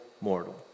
mortal